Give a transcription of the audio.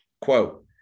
quote